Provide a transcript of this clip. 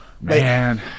Man